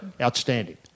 Outstanding